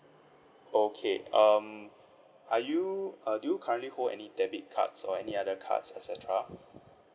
okay um are you uh do you currently hold any debit cards or any other cards et cetera